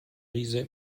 riese